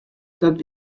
dat